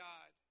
God